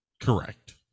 correct